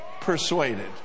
persuaded